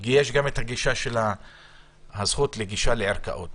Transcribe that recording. יש גם הגישה של הזכות לגישה לערכאות.